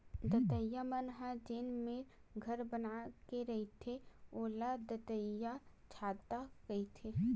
दतइया मन ह जेन मेर घर बना के रहिथे ओला दतइयाछाता कहिथे